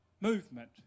movement